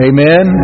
Amen